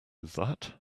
that